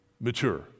mature